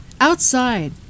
Outside